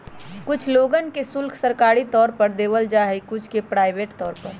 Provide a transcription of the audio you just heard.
कुछ लोगन के शुल्क सरकारी तौर पर देवल जा हई कुछ के प्राइवेट तौर पर